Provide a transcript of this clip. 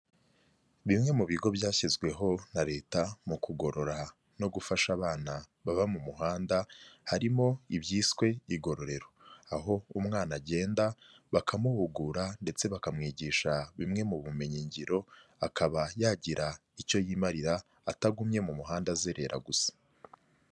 Bimwe mu bigo byashyizweho na Leta mu kugorora no gufasha abana baba mu muhanda harimo ibyiswe igororero. Aho umwana agenda bakamuhugura ndetse bakamwigisha bimwe mu bumenyingiro, akaba yagira icyo yimarira atagumye mu muhanda azerera gusa.